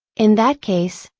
in that case,